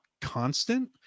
constant